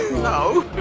no,